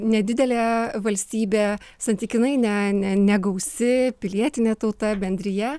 nedidelė valstybė santykinai ne ne negausi pilietinė tauta bendrija